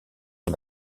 sur